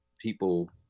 people